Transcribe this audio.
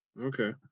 Okay